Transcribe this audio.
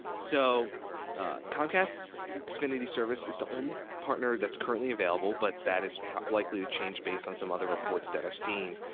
so comcast's xfinity service is the only partner that's currently available, but that is likely to change, based on some other reports that i've seen.